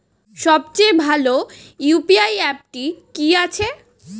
সবচেয়ে ভালো ইউ.পি.আই অ্যাপটি কি আছে?